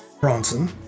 Bronson